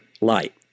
light